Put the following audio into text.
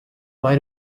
why